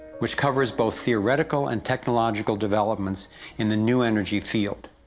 which covers both theoretical and technological developments in the new energy field.